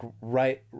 right